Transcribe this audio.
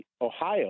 Ohio